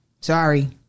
Sorry